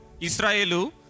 Israelu